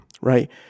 right